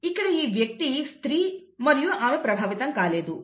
ఇక్కడ ఈ వ్యక్తి స్త్రీ మరియు ఆమె ప్రభావితం కాలేదు